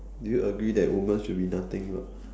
do you agree that women should be nothing but